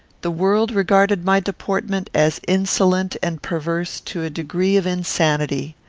the world regarded my deportment as insolent and perverse to a degree of insanity.